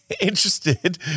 interested